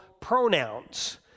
pronouns